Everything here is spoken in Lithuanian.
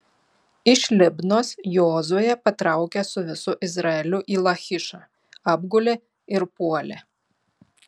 iš libnos jozuė patraukė su visu izraeliu į lachišą apgulė ir puolė